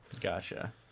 gotcha